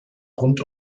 rund